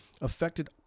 affected